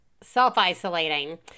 self-isolating